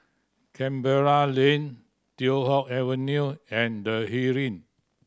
Canberra Lane Teow Hock Avenue and The Heeren